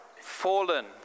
fallen